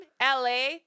LA